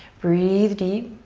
breathe deep.